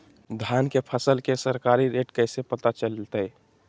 धान के फसल के सरकारी रेट कैसे पता चलताय?